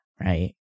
right